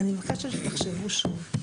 אני מבקשת שתחשבו שוב.